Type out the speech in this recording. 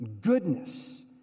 goodness